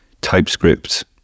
TypeScript